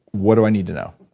what do i need to know?